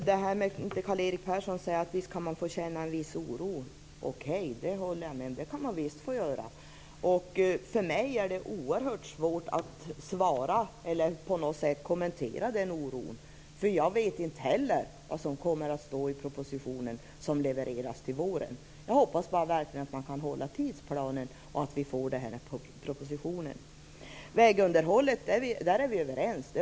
Fru talman! Karl-Erik Persson säger att man kan få känna en viss oro. Okej, det håller jag med om. Det kan man visst få göra. För mig är det oerhört svårt att på något sätt kommentera den oron. Jag vet inte heller vad som kommer att stå i den proposition som levereras till våren. Jag hoppas bara att man verkligen kan hålla tidsplanen och att vi får propositionen. I fråga om vägunderhållet är vi överens.